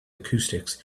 acoustics